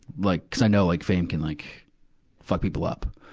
like, cuz i know like fame can like fuck people up.